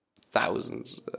thousands